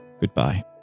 goodbye